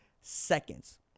seconds